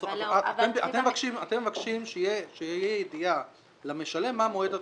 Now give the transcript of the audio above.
אתם מבקשים שתהיה ידיעה למשלם מה מועד התשלום.